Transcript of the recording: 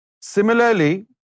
Similarly